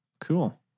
cool